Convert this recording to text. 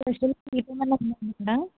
special sweet ఏమన్న ఉందా అండి